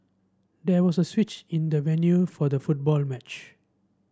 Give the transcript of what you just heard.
there was a switch in the venue for the football match